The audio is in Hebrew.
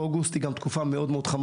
אוגוסט הוא גם חודש חם מאוד בבקעה.